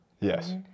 Yes